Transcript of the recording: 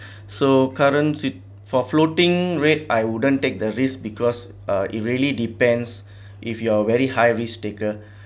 so currency for floating rate I wouldn't take the risk because uh it really depends if you're very high risk taker